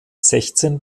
sechzehn